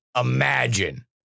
imagine